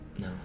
No